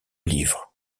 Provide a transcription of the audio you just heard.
livres